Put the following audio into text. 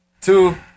Two